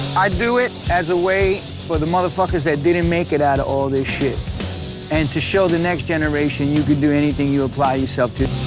i do it as a way for the motherfuckers that didn't make it out of all this shit and to show the next generation you can do anything you apply yourself to